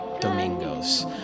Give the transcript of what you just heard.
Domingos